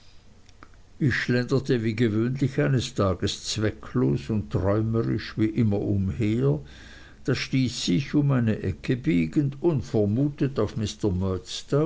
ich schlenderte wie gewöhnlich eines tags zwecklos und träumerisch wie immer umher da stieß ich um eine ecke biegend unvermutet auf